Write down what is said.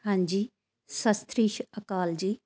ਹਾਂਜੀ ਸਤਿ ਸ਼੍ਰੀ ਅਕਾਲ ਜੀ